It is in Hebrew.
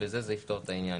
בזה זה יפתור את העניין.